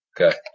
Okay